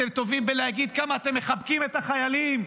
אתם טובים בלהגיד כמה אתם מחבקים את החיילים.